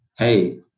hey